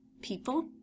people